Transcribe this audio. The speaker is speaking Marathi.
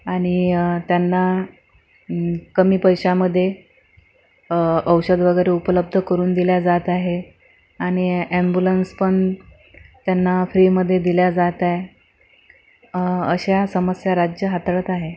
आणि त्यांना कमी पैशामध्ये औषध वगैरे उपलब्ध करून दिले जात आहे आणि ॲम्ब्युलन्स पण त्यांना फ्रीमध्ये दिले जातं आहे अशा समस्या राज्य हाताळत आहे